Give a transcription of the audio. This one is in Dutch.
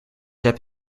heb